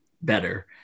better